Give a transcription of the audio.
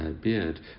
beard